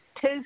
two